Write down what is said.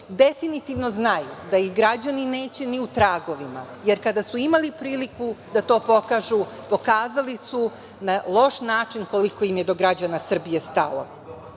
definitivno znaju da ih građani neće ni u tragovima, jer kada su imali priliku da to pokažu, pokazali su na loš način koliko im je do građana Srbije stalo. Sa